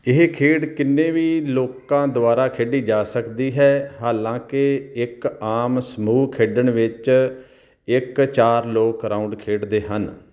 ਇਹ ਖੇਡ ਕਿੰਨੇ ਵੀ ਲੋਕਾਂ ਦੁਆਰਾ ਖੇਡੀ ਜਾ ਸਕਦੀ ਹੈ ਹਾਲਾਂਕਿ ਇੱਕ ਆਮ ਸਮੂਹ ਖੇਡਣ ਵਿੱਚ ਇੱਕ ਚਾਰ ਲੋਕ ਰਾਊਂਡ ਖੇਡਦੇ ਹਨ